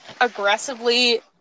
aggressively